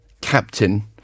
captain